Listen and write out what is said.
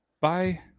Bye